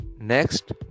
Next